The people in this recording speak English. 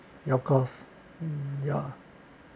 ya of course ya